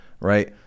right